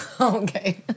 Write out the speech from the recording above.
Okay